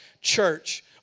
Church